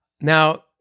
Now